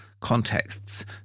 contexts